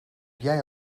jij